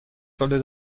sollte